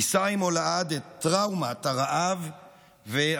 יישא עימו לעד את טראומת הרעב והמחסור.